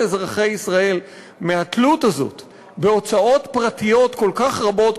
אזרחי ישראל מהתלות הזאת בהוצאות פרטיות כל כך רבות,